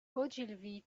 ogilvy